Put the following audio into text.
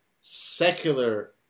secular